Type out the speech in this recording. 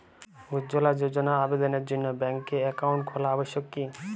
উজ্জ্বলা যোজনার আবেদনের জন্য ব্যাঙ্কে অ্যাকাউন্ট খোলা আবশ্যক কি?